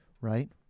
right